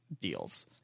deals